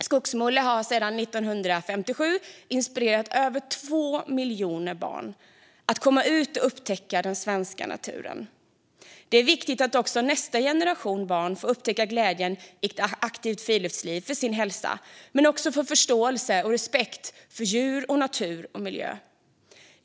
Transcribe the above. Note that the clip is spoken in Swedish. Skogsmulle har sedan 1957 inspirerat över 2 miljoner barn att komma ut och upptäcka den svenska naturen. Det är viktigt att också nästa generation barn får upptäcka glädjen i ett aktivt friluftsliv för sin hälsa, men också för förståelsen och respekten för djur, natur och miljö.